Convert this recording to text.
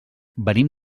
venim